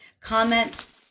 comments